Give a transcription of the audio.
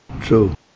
True